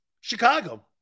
Chicago